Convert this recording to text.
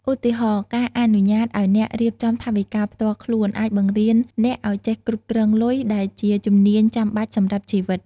ឧទាហរណ៍ ការអនុញ្ញាតឲ្យអ្នករៀបចំថវិកាផ្ទាល់ខ្លួន អាចបង្រៀនអ្នកឲ្យចេះគ្រប់គ្រងលុយ ដែលជាជំនាញចាំបាច់សម្រាប់ជីវិត។